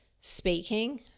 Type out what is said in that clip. speaking